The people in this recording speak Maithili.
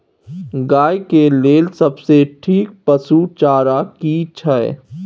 गाय के लेल सबसे ठीक पसु चारा की छै?